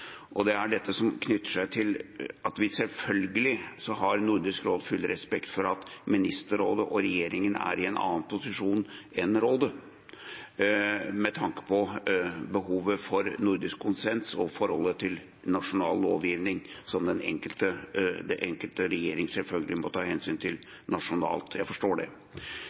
og det er dette som knytter seg til at Nordisk råd selvfølgelig har full respekt for at Ministerrådet og regjeringen er i en annen posisjon enn Rådet med tanke på behovet for nordisk konsens og forholdet til nasjonal lovgivning, som den enkelte regjering selvfølgelig må ta hensyn til nasjonalt – jeg forstår det.